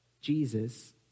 Jesus